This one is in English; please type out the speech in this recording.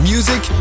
Music